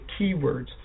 keywords